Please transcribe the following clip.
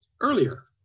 earlier